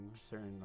certain